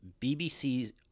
BBC's